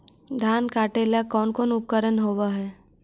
धान काटेला कौन कौन उपकरण होव हइ?